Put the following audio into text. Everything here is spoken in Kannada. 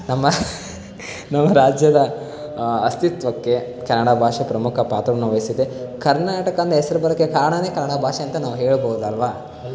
ನಮ್ಮ ನಮ್ಮ ರಾಜ್ಯದ ಅಸ್ತಿತ್ವಕ್ಕೆ ಕನ್ನಡ ಭಾಷೆ ಪ್ರಮುಖ ಪಾತ್ರವನ್ನು ವಹಿಸಿದೆ ಕರ್ನಾಟಕ ಅಂತ ಹೆಸರು ಬರೋಕ್ಕೆ ಕಾರಣಾನೆ ಕನ್ನಡ ಭಾಷೆ ಅಂತ ನಾವು ಹೇಳ್ಬೋದಲ್ವ